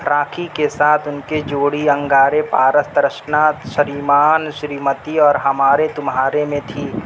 راکھی کے ساتھ ان کے جوڑی انگارے پارس ترشناتھ شریمان شریمتی اور ہمارے تمھارے میں تھی